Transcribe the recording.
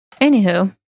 Anywho